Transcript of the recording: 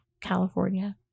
California